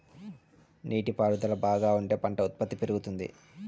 నీటి పారుదల బాగా ఉంటే పంట ఉత్పత్తి పెరుగుతుంది